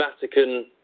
vatican